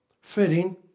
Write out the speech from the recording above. Fitting